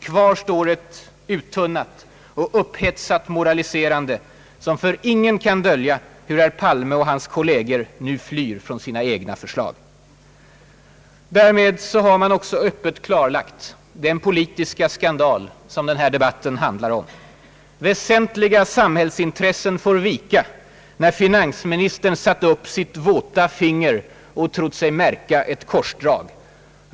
Kvar står ett uttunnat och upphetsat moraliserande, som för ingen kan dölja hur herr Palme och hans kolleger nu flyr från sina egna förslag. Därmed har man också öppet klarlagt den politiska skandal som den här debatten handlar om. Väsentliga samhällsintressen får vika när finansministern satt upp sitt våta finger och trott sig märka ett korsdrag.